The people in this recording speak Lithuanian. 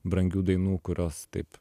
brangių dainų kurios taip